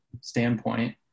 standpoint